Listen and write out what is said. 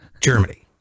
Germany